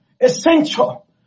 Essential